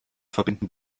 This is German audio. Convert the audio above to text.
verbinden